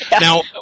Now